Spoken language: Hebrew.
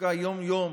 עסוקים יום-יום